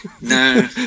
No